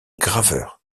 graveur